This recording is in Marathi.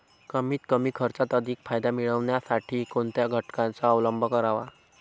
कमीत कमी खर्चात अधिक फायदा मिळविण्यासाठी कोणत्या घटकांचा अवलंब करावा?